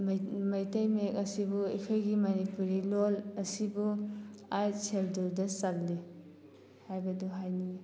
ꯃꯩꯇꯩ ꯃꯌꯦꯛ ꯑꯁꯤꯕꯨ ꯑꯩꯈꯣꯏꯒꯤ ꯃꯅꯤꯄꯨꯔꯤ ꯂꯣꯟ ꯑꯁꯤꯕꯨ ꯑꯥꯏꯠ ꯁꯦꯗꯨꯜꯗ ꯆꯜꯂꯤ ꯍꯥꯏꯕꯗꯨ ꯍꯥꯏꯅꯤꯡꯉꯤ